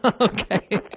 Okay